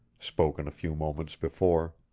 spoken a few moments before.